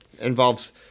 involves